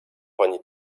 pani